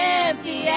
empty